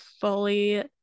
fully